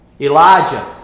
Elijah